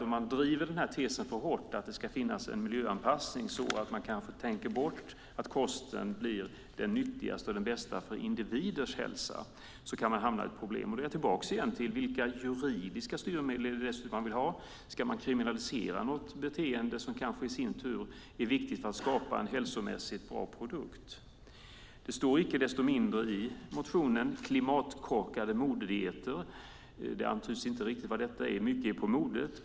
Om man driver tesen för hårt att det ska finnas en miljöanpassning, så att man tänker bort att kosten blir den nyttigaste och bästa för individens hälsa, kan man hamna i problem. Jag är tillbaka igen till frågan om vilka juridiska styrmedel som det ska vara. Ska man kriminalisera ett beteende, som kanske i sin tur är viktigt för att skapa en hälsomässigt bra produkt? Det står icke desto mindre i interpellationen "klimatkorkade modedieter". Det antyds inte vad detta är. Mycket är på modet.